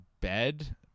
bed